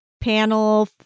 panel